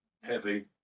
heavy